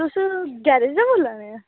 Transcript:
तुस गैरेज दा बोल्ला नै